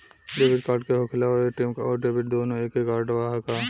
Debit card का होखेला और ए.टी.एम आउर डेबिट दुनों एके कार्डवा ह का?